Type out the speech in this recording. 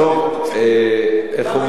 טוב, איך אומרים?